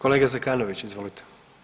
Kolega Zekanović izvolite.